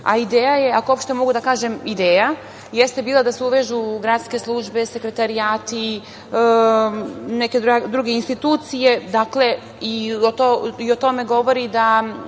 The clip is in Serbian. Ideja, ako uopšte mogu da kažem ideja, jeste bila da se uvežu gradske službe, sekretarijati, neke druge institucije i o tome govori ova